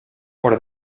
por